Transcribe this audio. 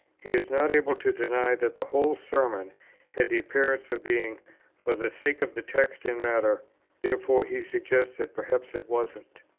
he is not able to deny that the whole sermon had the appearance of being for the sake of the text and matter therefore he suggests that perhaps it wasn't.